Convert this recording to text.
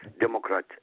Democrat